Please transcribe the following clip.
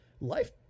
Life